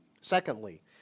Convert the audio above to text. Secondly